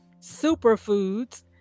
Superfoods